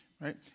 right